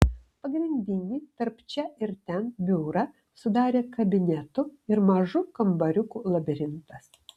pagrindinį tarp čia ir ten biurą sudarė kabinetų ir mažų kambariukų labirintas